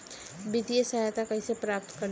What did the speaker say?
वित्तीय सहायता कइसे प्राप्त करी?